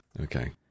Okay